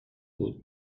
بود